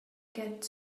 get